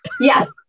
yes